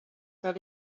fell